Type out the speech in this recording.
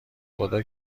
خدا